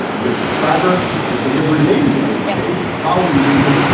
your subscriber, your delivery may be delayed today for the following reason.